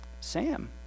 Sam